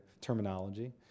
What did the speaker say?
terminology